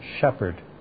shepherd